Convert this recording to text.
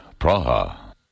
Praha